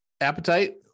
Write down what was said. appetite